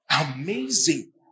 Amazing